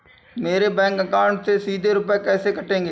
मेरे bank account से सीधे रुपए कैसे कटेंगे?